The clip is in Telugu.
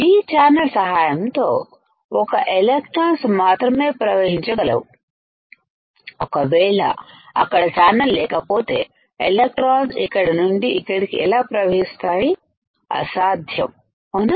ఈ ఛానల్ సహాయంతో ఒక్క ఎలెక్ట్రాన్స్మాత్రమే ప్రవహించ గలవు ఒకవేళ అక్కడ ఛానల్ లేక పోతే ఎలెక్ట్రాన్స్electrons ఇక్కడి నుండి ఇక్కడికి ఎలా ప్రవహిస్తాయి అసాధ్యం అవునా